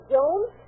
Jones